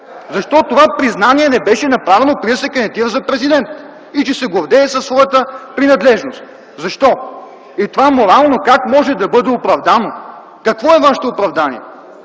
Защо това признание не беше направено преди да се кандидатира за президент и че се гордее със своята принадлежност? Защо? И това как може да бъде морално оправдано? Какво е Вашето оправдание?